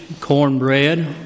cornbread